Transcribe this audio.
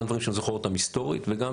גם דברים שאני זוכר אותם היסטורית וגם